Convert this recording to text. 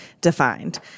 defined